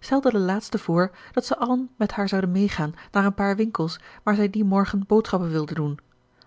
stelde de laatste voor dat ze allen met haar zouden meegaan naar een paar winkels waar zij dien morgen boodschappen wilde doen